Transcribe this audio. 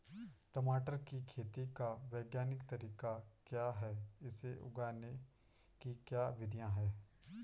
टमाटर की खेती का वैज्ञानिक तरीका क्या है इसे उगाने की क्या विधियाँ हैं?